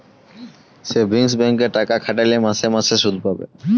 savings ব্যাংকে টাকা খাটাইলে মাসে মাসে সুদ পাবে